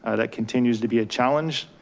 ah that continues to be a challenge.